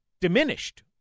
diminished